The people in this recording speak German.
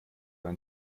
ein